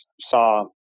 saw